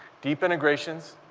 deep integrations,